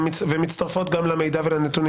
אני לא יודע מי משלם את הצ'ק הזה.